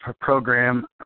program